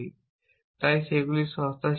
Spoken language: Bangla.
এবং তাই সেগুলি সস্তা ছিল